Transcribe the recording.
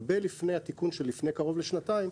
הרבה לפני התיקון שנעשה לפני קרוב לשנתיים,